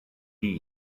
wie